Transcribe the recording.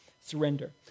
surrender